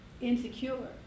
insecure